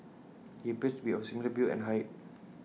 he appears to be of similar build and height